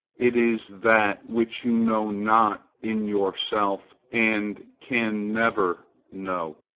it is that which you know not in yourself and can never know.